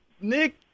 Nick